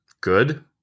good